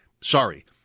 Sorry